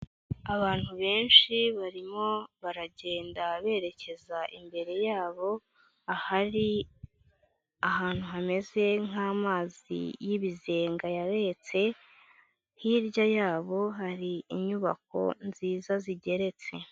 Abantu benshi barimo baragenda berekeza imbere yabo, ahari ahantu hameze nk'amazi y'ibizenga yaretse, hirya yabo hari inyubako nziza zigeretse.